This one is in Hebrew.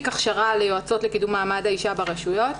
הכשרה ליועצות לקידום מעמד האישה ברשויות,